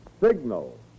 Signal